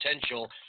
potential